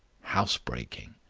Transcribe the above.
house-breaking.